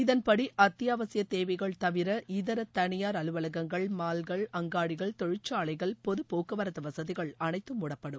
இதன்படி அத்தியாவசிய தேவைகள் தவிர இதர தனியார் அலுவலகங்கள் மால்கள் அங்காடிகள் தொழிற்சாலைகள் பொது போக்குவரத்து வசதிகள் அனைத்தும் மூடப்படும்